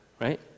right